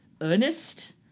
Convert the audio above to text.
earnest